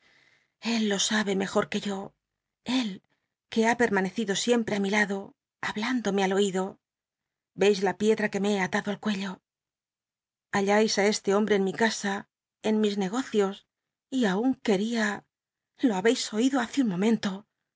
él lo s tbe mejot que yo él que ha pctnmn cido icmprc i mi lado habhndome al nido ycb la picdta fiuc me be atado al cmlln llallai i c tc homlll'c en mi casa en mis negocio y aun quería lo ha beis oido hace un momento